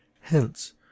hence